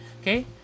Okay